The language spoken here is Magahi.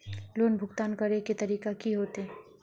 लोन भुगतान करे के तरीका की होते?